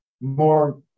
more